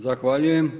Zahvaljujem.